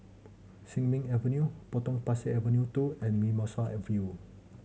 Sin Ming Avenue Potong Pasir Avenue Two and Mimosa View